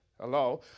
Hello